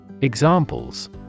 Examples